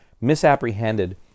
misapprehended